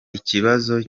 ikibazo